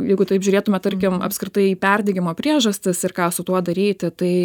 jeigu taip žiūrėtume tarkim apskritai į perdegimo priežastis ir ką su tuo daryti tai